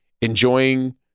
enjoying